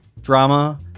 drama